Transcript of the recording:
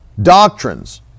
doctrines